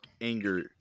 anger